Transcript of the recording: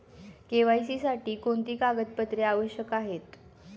KYC साठी कोणती कागदपत्रे आवश्यक आहेत?